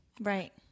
Right